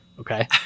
Okay